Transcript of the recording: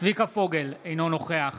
צביקה פוגל, אינו נוכח